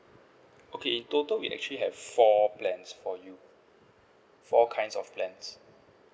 okay in total we actually have four plans for you for kinds of plans